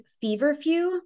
feverfew